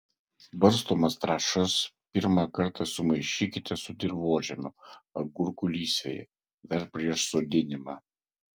barstomas trąšas pirmą kartą sumaišykite su dirvožemiu agurkų lysvėje dar prieš sodinimą